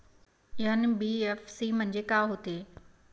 NBFC म्हणजे का होते?